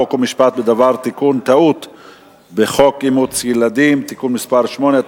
חוק ומשפט בדבר תיקון טעות בחוק אימוץ ילדים (תיקון מס' 8),